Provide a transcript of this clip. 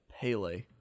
Pele